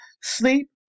sleep